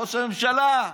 ראש הממשלה,